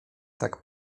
tak